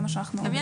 נקים